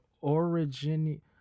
origin